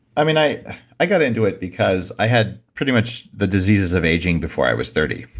i mean, i i got into it because i had pretty much the diseases of aging before i was thirty.